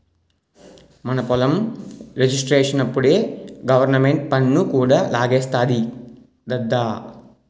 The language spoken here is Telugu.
మన పొలం రిజిస్ట్రేషనప్పుడే గవరమెంటు పన్ను కూడా లాగేస్తాది దద్దా